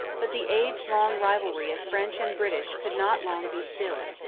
but the age-long rivalry of french and british could not long be stilled.